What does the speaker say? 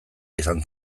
izan